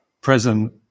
present